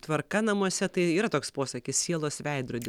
tvarka namuose tai yra toks posakis sielos veidrodi